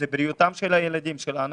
זו בריאותם של הילדים שלנו